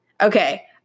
Okay